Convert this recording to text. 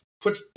put